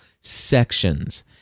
sections